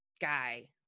guy